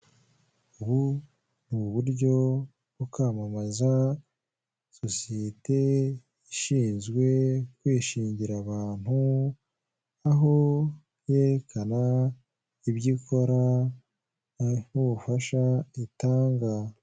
Ubu ni uburyo bwo kwamamaza sosiyete ishinzwe kwishingira abantu, aho yerekana ibyo ikora, nk'ubufasha itanga.